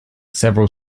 several